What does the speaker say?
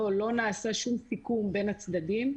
נעשה סיכום בין הצדדים,